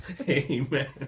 Amen